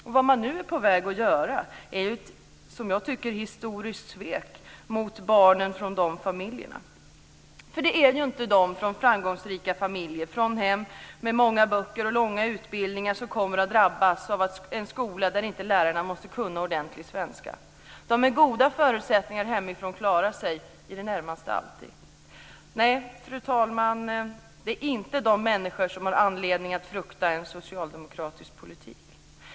Det man nu är på väg att göra tycker jag är ett historiskt svek mot barnen i de familjerna. Det är ju inte barnen från framgångsrika familjer, från hem med många böcker och långa utbildningar, som kommer att drabbas av en skola där lärarna inte måste kunna ordentlig svenska. De med goda förutsättningar hemifrån klarar sig i det närmaste alltid. Fru talman! Det är inte dessa människor som har anledning att frukta en socialdemokratisk politik.